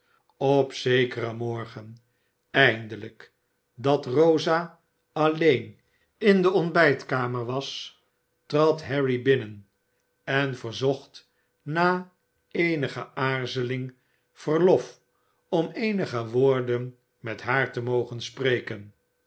op zekeren morgen eindelijk dat rosa alleen in de ontbijtkamer was trad harry binnen en verzocht na eenige aarzeling verlof om eenige woorden met haar te mogen spreken